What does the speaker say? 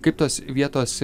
kaip tos vietos